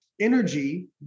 energy